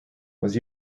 was